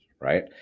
right